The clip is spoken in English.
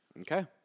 Okay